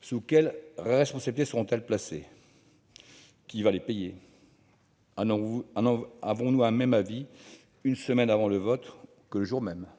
Sous la responsabilité de qui seront-elles placées ? Qui les paiera ? Avons-nous le même avis une semaine avant le vote et le jour même du scrutin ?